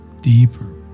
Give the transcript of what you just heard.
deeper